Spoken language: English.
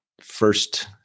first